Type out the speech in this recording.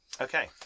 Okay